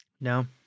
No